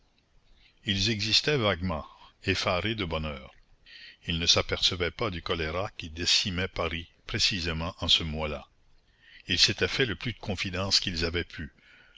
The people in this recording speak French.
ils existaient vaguement effarés de bonheur ils ne s'apercevaient pas du choléra qui décimait paris précisément en ce mois là ils s'étaient fait le plus de confidences qu'ils avaient pu